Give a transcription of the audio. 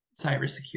cybersecurity